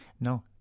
No